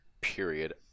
period